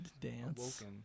dance